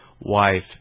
wife